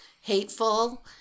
hateful